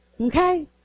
Okay